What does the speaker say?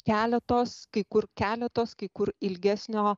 keliatos kai kur keletos kai kur ilgesnio